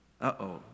Uh-oh